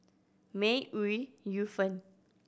May Ooi Yu Fen